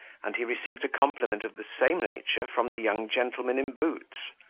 and he received a compliment of the same nature from the young gentleman in boots,